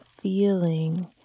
feeling